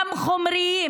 גם חומריים,